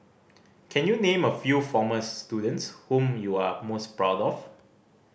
can you name a few former students whom you are most proud of